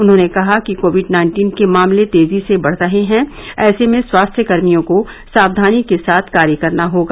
उन्होंने कहा कि कोविड नाइन्टीन के मामले तेजी से बढ़ रहे हैं ऐसे में स्वास्थ्यकर्मियों को सावधानी के साथ कार्य करना होगा